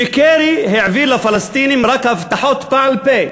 שקרי העביר לפלסטינים רק הבטחות בעל-פה.